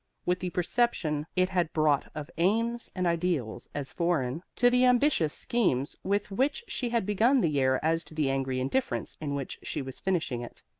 with the perception it had brought of aims and ideals as foreign to the ambitious schemes with which she had begun the year as to the angry indifference in which she was finishing it.